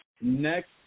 Next